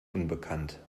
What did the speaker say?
unbekannt